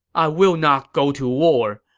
i will not go to war!